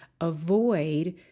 avoid